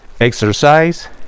exercise